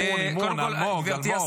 אלמוג, אלמוג.